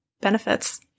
benefits